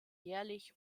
jährlich